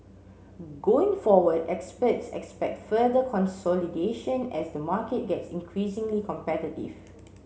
going forward experts expect further consolidation as the market gets increasingly competitive